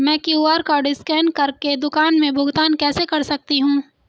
मैं QR code scan कर के दुकान में भुगतान कैसे कर सकती हूँ?